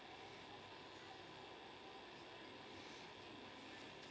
uh